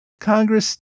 Congress